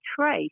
trace